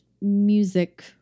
music